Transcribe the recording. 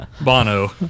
Bono